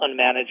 unmanaged